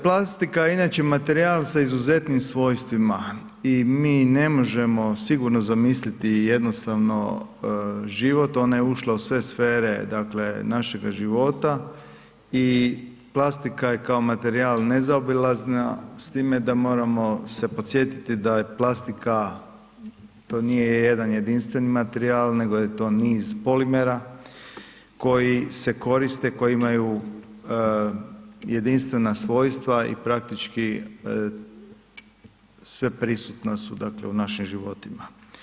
Plastika je inače materijal sa izuzetnim svojstvima i mi ne možemo sigurno zamisliti jednostavno život, ona ušla u sve sfere našega života i plastika je kao materijal nezaobilazna s time da moramo se podsjetiti da je plastika to nije jedan jedinstveni materijal nego je to niz polimera koji se koriste, koji imaju jedinstvena svojstva i praktički sve prisutna su u našim životima.